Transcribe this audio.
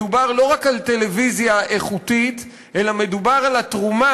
מדובר לא רק על טלוויזיה איכותית אלא גם על התרומה